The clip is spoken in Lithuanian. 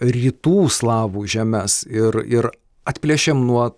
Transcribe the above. rytų slavų žemes ir ir atplėšėm nuo